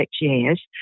years